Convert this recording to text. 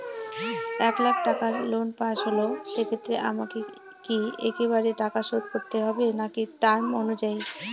এক লাখ টাকা লোন পাশ হল সেক্ষেত্রে আমাকে কি একবারে টাকা শোধ করতে হবে নাকি টার্ম অনুযায়ী?